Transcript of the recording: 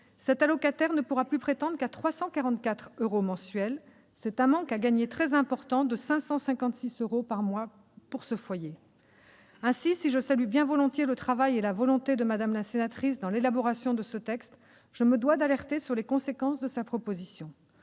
cet allocataire ne pourra plus prétendre qu'à 344 euros mensuels. C'est un manque à gagner très important de 556 euros par mois pour ce foyer. Si je salue bien volontiers le travail et la volonté de Mme la sénatrice Laurence Cohen dans l'élaboration de ce texte, je me dois d'alerter sur les conséquences de sa proposition.